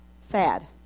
sad